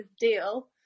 deal